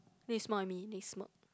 then he smile at me then he smirk